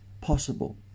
possible